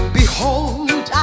behold